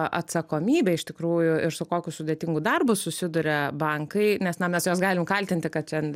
atsakomybe iš tikrųjų ir su kokiu sudėtingu darbu susiduria bankai nes na mes juos galim kaltinti kad ten